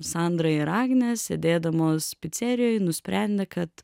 sandra ir agnė sėdėdamos picerijoj nusprendė kad